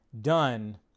done